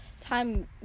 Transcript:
Time